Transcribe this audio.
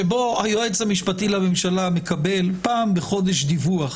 שבו היועץ המשפטי לממשלה מקבל פעם בחודש דיווח